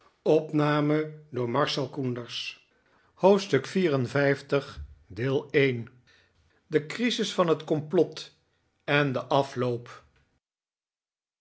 hoofdstuk liv de crisis van het complot en de afloop